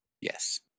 yes